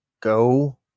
go